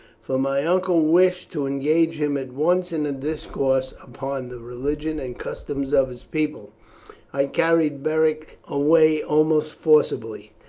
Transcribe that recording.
for my uncle wished to engage him at once in a discourse upon the religion and customs of his people i carried beric away almost forcibly.